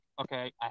okay